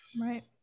right